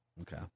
Okay